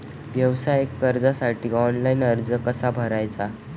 व्यवसाय कर्जासाठी ऑनलाइन अर्ज कसा भरायचा?